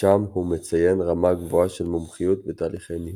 שם הוא מציין רמה גבוהה של מומחיות בתהליכי ניהול.